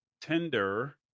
tender